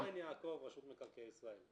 אורן יעקב, רשות מקרקעי ישראל.